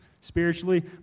spiritually